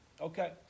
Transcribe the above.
Okay